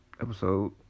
episode